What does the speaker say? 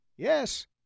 Yes